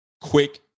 Quick